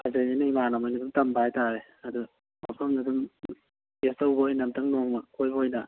ꯐꯖꯩꯑꯦꯅ ꯏꯃꯥꯟꯅꯕꯅꯁꯨ ꯇꯝꯕ ꯍꯥꯏꯇꯔꯦ ꯑꯗꯣ ꯃꯐꯝꯗꯣ ꯑꯗꯨꯝ ꯇꯦꯁꯠ ꯇꯧꯕ ꯑꯣꯏꯅ ꯅꯣꯡꯃ ꯀꯣꯏꯕ ꯑꯣꯏꯅ